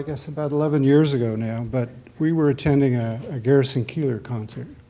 guess about eleven years ago now, but we were attending a ah garrison keillor concert